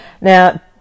Now